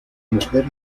mujer